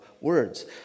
words